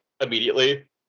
immediately